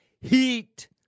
heat